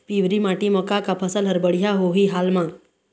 पिवरी माटी म का का फसल हर बढ़िया होही हाल मा?